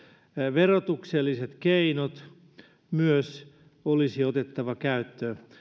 verotukselliset keinot olisi myös otettava käyttöön